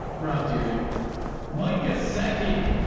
rob dyrdek micah secki,